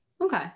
Okay